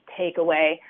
takeaway